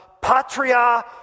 patria